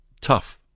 tough